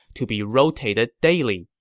to be rotated daily.